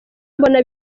mbona